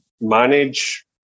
manage